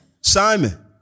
Simon